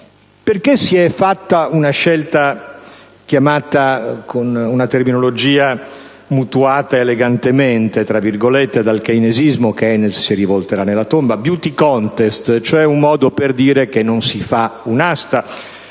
Perché si è fatta una scelta chiamata, con una terminologia mutuata elegantemente dal keynesismo (Keynes si rivolterà nella tomba), *beauty contest*, un modo per dire che non si fa un'asta?